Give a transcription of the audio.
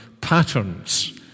patterns